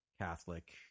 Catholic